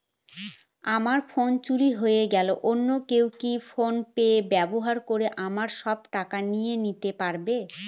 আমার ফোন চুরি হয়ে গেলে অন্য কেউ কি ফোন পে ব্যবহার করে আমার সব টাকা নিয়ে নিতে পারবে?